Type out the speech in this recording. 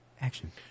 Action